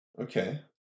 Okay